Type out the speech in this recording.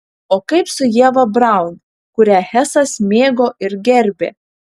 o kaip su ieva braun kurią hesas mėgo ir gerbė